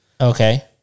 Okay